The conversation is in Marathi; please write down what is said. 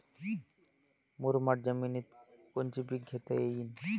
मुरमाड जमिनीत कोनचे पीकं घेता येईन?